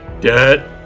dead